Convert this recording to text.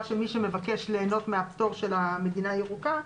של מי שמבקש ליהנות מהפטור של המדינה הירוקה,